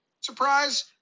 Surprise